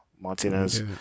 Martinez